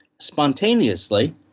spontaneously